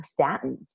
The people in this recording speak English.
statins